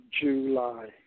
July